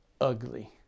ugly